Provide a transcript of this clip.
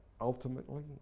ultimately